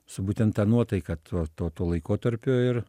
su būtent ta nuotaika to to to laikotarpio ir